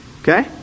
Okay